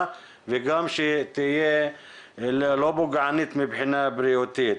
וגם שתהיה לא פוגענית מבחינה בריאותית.